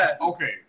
Okay